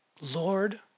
Lord